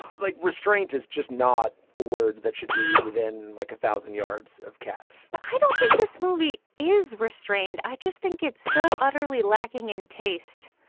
like restraint is just not a word that should be within like a thousand yards of cats i don't think this movie is restrained. i just think it's so utterly lacking in taste